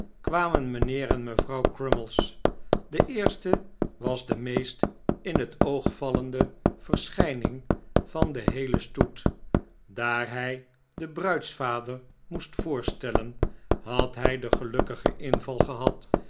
kwamen mijnheer en mevrouw crummies de eerste was de meest in het oog vallende verschijning van den heelen stoet daar hij de bruidsvader moest voorstellen had hij den gelukkigen inval gehad